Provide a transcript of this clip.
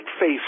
face